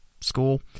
school